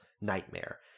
nightmare